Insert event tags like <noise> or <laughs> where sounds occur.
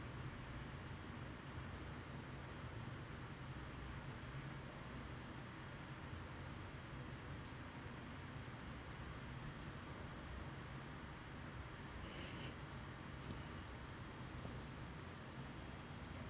<laughs>